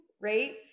right